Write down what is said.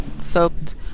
soaked